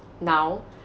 now